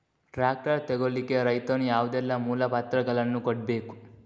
Tractor ತೆಗೊಳ್ಳಿಕೆ ರೈತನು ಯಾವುದೆಲ್ಲ ಮೂಲಪತ್ರಗಳನ್ನು ಕೊಡ್ಬೇಕು?